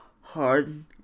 hard